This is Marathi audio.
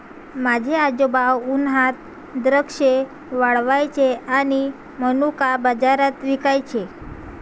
माझे आजोबा उन्हात द्राक्षे वाळवायचे आणि मनुका बाजारात विकायचे